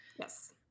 yes